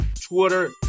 Twitter